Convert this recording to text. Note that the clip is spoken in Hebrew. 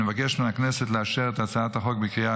אני מבקש מהכנסת לאשר את הצעת החוק בקריאות